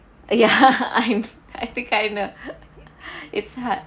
ya I think I know it's hard